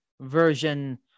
version